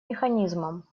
механизмам